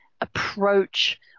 approach